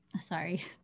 sorry